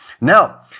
Now